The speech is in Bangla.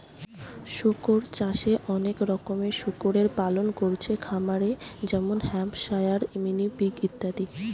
শুকর চাষে অনেক রকমের শুকরের পালন কোরছে খামারে যেমন হ্যাম্পশায়ার, মিনি পিগ ইত্যাদি